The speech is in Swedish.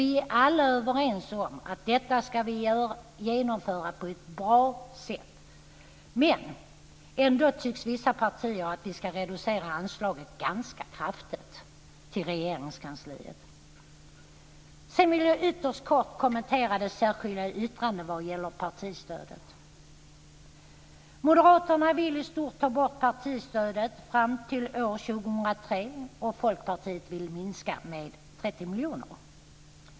Vi är alla överens om att vi ska genomföra detta på ett bra sätt. Ändå tycker vissa partier att vi ska reducera anslaget till Regeringskansliet ganska kraftigt. Sedan vill jag ytterst kort kommentera det särskilda yttrandet vad gäller partistödet. Moderaterna vill i stort ta bort partistödet fram till år 2003. Folkparitet vill minska det med 30 miljoner.